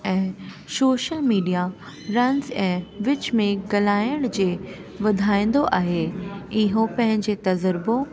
ऐं social media रंस ऐं विच में ॻाल्हाइण जे वधाईंदो आहे इहो पंहिंजे तज़ुर्बो